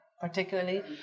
particularly